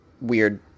weird